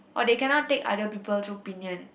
or they cannot take other people's opinion